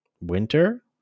winter